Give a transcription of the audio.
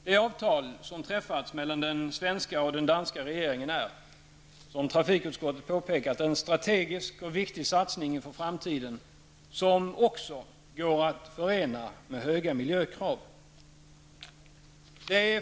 Det avtal som träffats mellan den svenska och den danska regeringen är, som trafikutskottet påpekat, en strategisk och viktig satsning inför framtiden som också går att förena med höga miljökrav.